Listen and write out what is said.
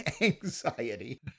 anxiety